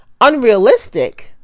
unrealistic